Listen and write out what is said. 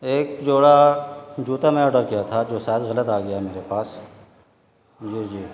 ایک جوڑا جوتا میں آڈر کیا تھا جو سائز غلط آ گیا میرے پاس جی جی